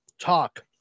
talk